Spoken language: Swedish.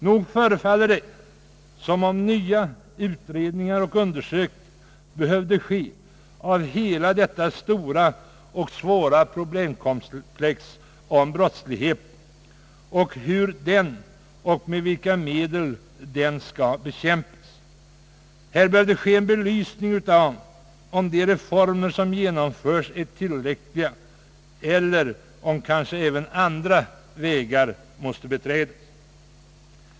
Nog förefaller det som om nya utredningar och undersökningar behövde ske av hela detta stora och svåra problemkomplex som brottsligheten utgör och hur den skall kunna bekämpas. Här bör det ske en belysning av om de reformer som gjorts är tillräckliga eller om även andra vägar måste beträdas.